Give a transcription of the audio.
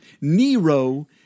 nero